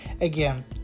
again